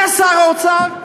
זה שר אוצר?